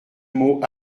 mot